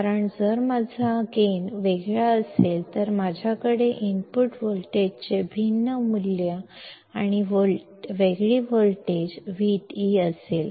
कारण जर माझा फायदा वेगळा असेल तर माझ्याकडे इनपुट व्होल्टेजची भिन्न मूल्ये आणि वेगळी व्होल्टेज Vd असेल